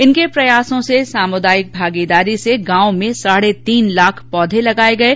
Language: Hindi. इनके प्रयासों से सामुदायिक भागीदारी से गांव में साढ़े तीन लाख पौधे लगाये गये